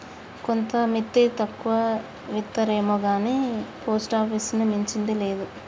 గోంత మిత్తి తక్కువిత్తరేమొగాని పోస్టాపీసుని మించింది లేదు